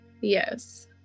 yes